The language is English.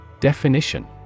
Definition